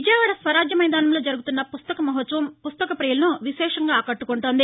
విజయవాడ స్వరాజ్యమైదానంలో జరుగుతున్న పుస్తక మహాత్సవం పుస్తకపియులను విశేషంగా ఆకట్టుకుంటోంది